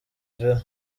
villa